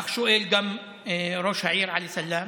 כך שואל גם ראש העיר עלי סלאם,